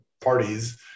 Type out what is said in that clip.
parties